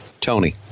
Tony